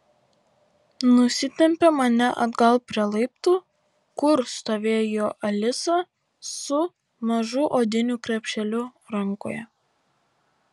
nusitempė mane atgal prie laiptų kur stovėjo alisa su mažu odiniu krepšeliu rankoje